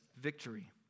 victory